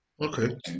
okay